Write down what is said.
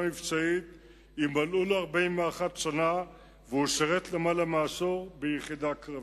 מבצעית אם מלאו לו 41 שנה והוא שירת יותר מעשור ביחידה קרבית.